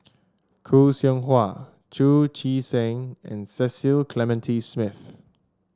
Khoo Seow Hwa Chu Chee Seng and Cecil Clementi Smith